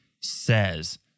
says